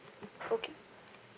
okay